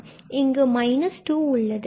இங்கு நம்மிடம் 2 உள்ளது